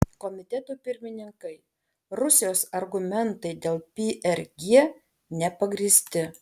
komitetų pirmininkai rusijos argumentai dėl prg nepagrįsti